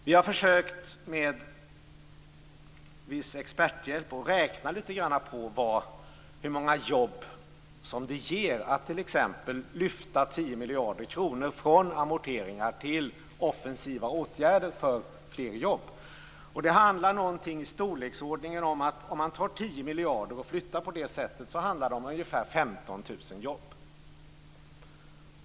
Vi har, med viss experthjälp, försökt att räkna lite grann på hur många jobb som kan skapas genom att t.ex. lyfta 10 miljarder kronor från amorteringar till offensiva åtgärder för fler jobb. Om 10 miljarder flyttas kan det handla om 15 000 jobb.